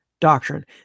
doctrine